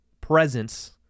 presence